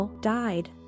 died